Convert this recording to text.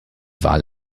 wahl